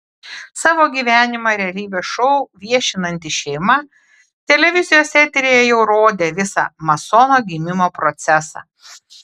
savo gyvenimą realybės šou viešinanti šeima televizijos eteryje jau rodė visą masono gimimo procesą